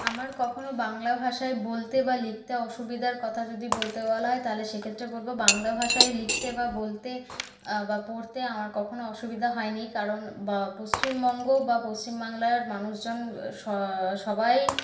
আমার কখনও বাংলা ভাষায় বলতে বা লিখতে অসুবিধার কথা যদি বলতে বলা হয় তাহলে সেক্ষেত্রে বলবো বাংলা ভাষায় লিখতে বা বলতে বা পড়তে আমার কখনও অসুবিধা হয়নি কারণ পশ্চিমবঙ্গ বা পশ্চিম বাংলার মানুষজন সবাই